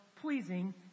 pleasing